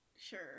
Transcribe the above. sure